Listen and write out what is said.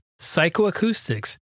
psychoacoustics